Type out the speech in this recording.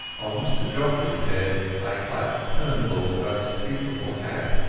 on mr jopleyas head i clapped turnbullas unspeakable hat,